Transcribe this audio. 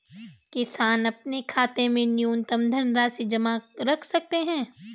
किसान अपने खाते में कितनी न्यूनतम धनराशि जमा रख सकते हैं?